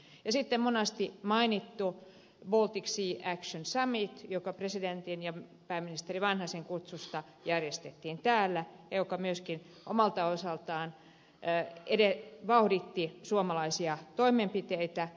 sitten on monasti mainittu baltic sea action summit joka presidentin ja pääministeri vanhasen kutsusta järjestettiin täällä ja joka myöskin omalta osaltaan vauhditti suomalaisia toimenpiteitä